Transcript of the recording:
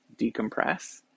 decompress